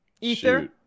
Ether